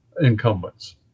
incumbents